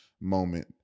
moment